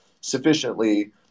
sufficiently